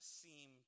seem